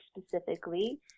specifically